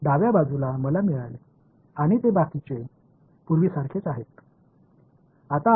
எனவே எனது இடது புறத்தில் கிடைத்தது மீதமுள்ளவை முன்பு போலவே உள்ளன